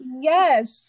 Yes